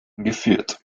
geführt